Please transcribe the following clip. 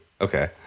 Okay